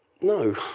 no